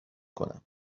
کنم